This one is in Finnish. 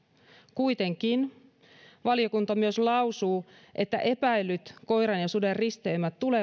kuitenkin valiokunta myös lausuu että epäillyt koiran ja suden risteymät tulee